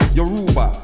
Yoruba